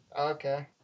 Okay